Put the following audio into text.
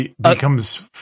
Becomes